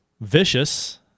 vicious